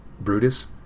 Brutus